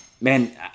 man